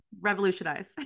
revolutionize